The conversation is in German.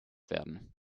werden